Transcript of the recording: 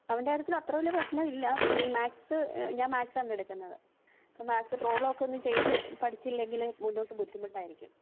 അവന്റെ കാര്യത്തിൽ അത്ര വലിയ പ്രശ്നമില്ല പിന്നെ ഈ മാത്സ് ഞാൻ മാത്സ് ആണ് എടുക്കുന്നത് മാത്സ് പ്രോബ്ലം ഒക്കെ ഒന്ന് ചെയ്ത് പഠിച്ചില്ലെങ്കിൽ മുന്നോട്ട് ബുദ്ധിമുട്ടായിരിക്കും